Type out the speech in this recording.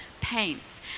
paints